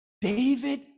David